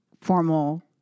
formal